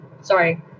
sorry